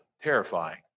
terrifying